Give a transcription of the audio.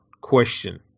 question